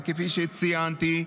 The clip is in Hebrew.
וכפי שציינתי,